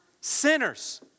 sinners